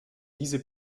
diese